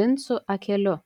vincu akeliu